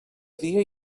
dia